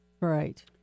right